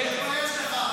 תתבייש לך.